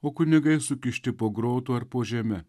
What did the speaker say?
o kunigai sukišti po grotų ar po žeme